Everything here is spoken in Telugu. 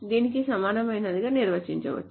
దీనికి సమానమైనదిగా నిర్వచించవచ్చు